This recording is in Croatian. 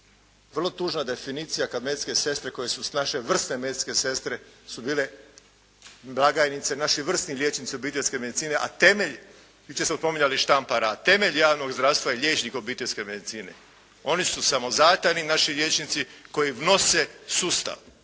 Vrlo tužna definicija kada medicinske sestre koje su naše vrsne medicinske sestre su bile blagajnice, naši vrsni liječnici obiteljske medicine a temelj, jučer smo spominjali Štampara, temelj javnog zdravstva je liječnik obiteljske medicine. Oni su samozatajni naši liječnici koji nose sustav,